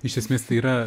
iš esmės tai yra